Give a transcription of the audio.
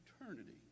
eternity